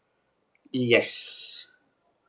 yes